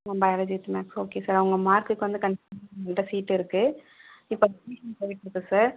O biology with maths okay sir அவங்க மார்க்குக்கு வந்து கண்டிப்பாக நம்மள்கிட்ட சீட் இருக்கு இப்போ அட்மிஷன் போய்ட்டுருக்கு சார்